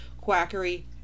quackery